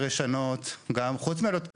יותר ישנות חוץ מעלויות התחזוקה.